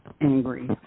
angry